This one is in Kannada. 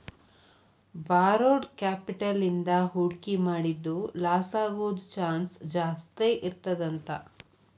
ಬಾರೊಡ್ ಕ್ಯಾಪಿಟಲ್ ಇಂದಾ ಹೂಡ್ಕಿ ಮಾಡಿದ್ದು ಲಾಸಾಗೊದ್ ಚಾನ್ಸ್ ಜಾಸ್ತೇಇರ್ತದಂತ